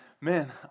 man